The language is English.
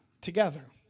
together